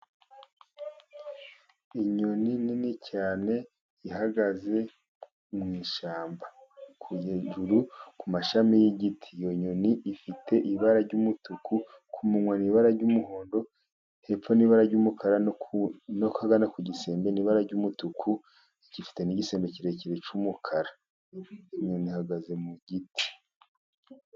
Inyoni nini cyane ihagaze mu ishyamba hejuru ku mashami y'igiti ,iyo nyoni ifite ibara ry'umutuku, ku munwa ni ibara ry'umuhondo ,hepfo ni ibara ry'umukara, ahagana ku gisembe ni ibara ry'umutuku ,ifite n'igisembe kirekire cy'umukara ,inyoni ihagaze mu giti.